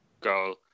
goal